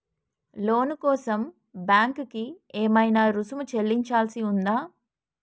లోను కోసం బ్యాంక్ కి ఏమైనా రుసుము చెల్లించాల్సి ఉందా?